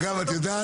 לא,